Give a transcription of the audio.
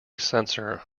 sensor